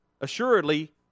assuredly